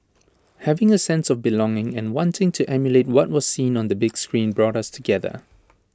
having A sense of belonging and wanting to emulate what was seen on the big screen brought us together